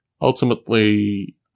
ultimately